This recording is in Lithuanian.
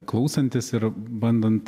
klausantis ir bandant